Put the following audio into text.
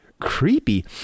creepy